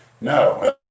No